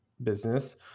business